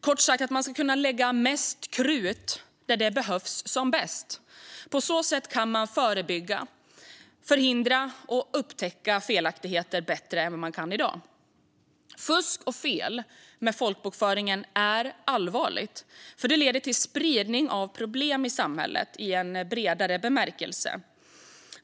Kort sagt ska man kunna lägga mest krut där det bäst behövs. På så sätt kan man förebygga, förhindra och upptäcka felaktigheter bättre än man kan i dag. Fusk och fel i folkbokföringen är allvarligt, för det leder till spridning av problem i samhället i en bredare bemärkelse.